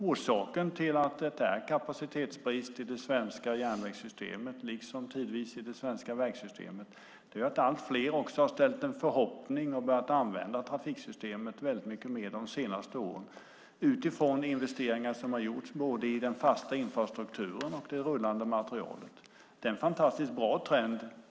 Orsaken till kapacitetsbristen i det svenska järnvägssystemet liksom tidvis i det svenska vägsystemet är att fler har ställt en förhoppning till och börjat använda trafiksystemet mycket mer de senaste åren utifrån de investeringar som har gjorts både i den fasta infrastrukturen och i det rullande materialet. Det är en fantastiskt bra trend.